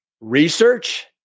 research